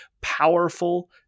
powerful